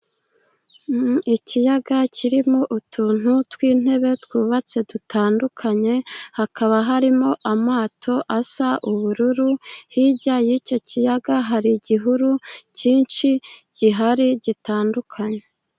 Ikiyaga kirimo utuntu tw'intebe twubatse dutandukanye, hakaba harimo amato asa ubururu. Hirya y'icyo kiyaga hari igihuru cyinshi gihari, gitandukanye.